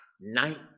night